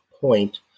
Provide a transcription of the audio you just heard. point